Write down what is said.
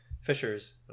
fisher's